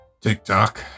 TikTok